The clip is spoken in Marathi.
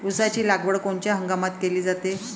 ऊसाची लागवड कोनच्या हंगामात केली जाते?